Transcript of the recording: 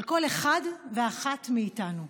על כל אחד ואחת מאיתנו.